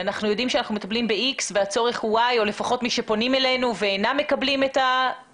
אנחנו מחכים להם כבר המון זמן ואני לא מבינה למה הם לא יצאו.